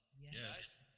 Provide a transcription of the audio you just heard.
Yes